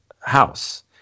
house